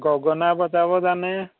গগণা বজাব জানে